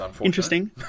interesting